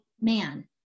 man